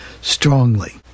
strongly